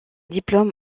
diplôme